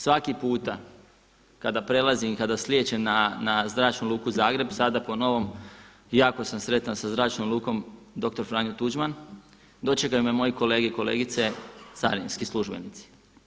Svaki puta kada prelazim i kada slijećem na Zračnu luku Zagreb, sada po novom jako sam sretan sa Zračnom lukom dr. Franjo Tuđman, dočekaju me moji kolege i kolegice carinski službenici.